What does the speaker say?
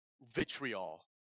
vitriol